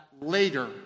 later